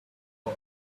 boy